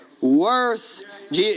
worth